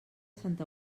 santa